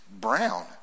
brown